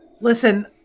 Listen